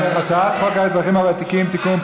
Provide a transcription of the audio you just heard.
הצעת חוק האזרחים הוותיקים (תיקון,